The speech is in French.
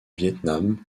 vietnam